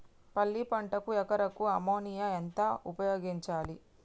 పల్లి పంటకు ఎకరాకు అమోనియా ఎంత ఉపయోగించాలి?